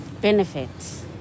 Benefits